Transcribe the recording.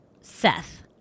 Seth